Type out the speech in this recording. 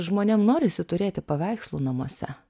žmonėm norisi turėti paveikslų namuose